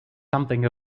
something